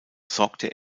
sorgte